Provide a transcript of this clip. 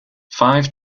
five